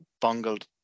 bungled